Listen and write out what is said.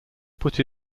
put